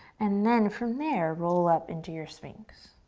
and then, from there, roll up into your sphynx.